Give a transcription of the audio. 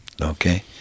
okay